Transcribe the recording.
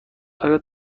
آیا